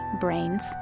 brains